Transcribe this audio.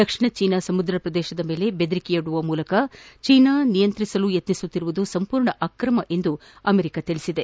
ದಕ್ಷಿಣ China ಸಮುದ್ರ ಪ್ರದೇಶದ ಮೇಲೆ ಬೆದರಿಕೆಯೊಡ್ಸುವ ಮೂಲಕ ಚೀನಾ ನಿಯಂತ್ರಿಸಲು ಯತ್ರಿಸುತ್ತಿರುವುದು ಸಂಪೂರ್ಣ ಅಕ್ರಮ ಎಂದು ಹೇಳಿದೆ